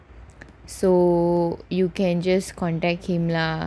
so you can just contact him lah